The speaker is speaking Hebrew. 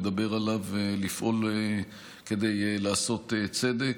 לדבר עליו ולפעול כדי לעשות צדק.